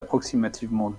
approximativement